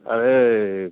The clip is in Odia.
ଆରେ